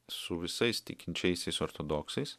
su visais tikinčiaisiais ortodoksais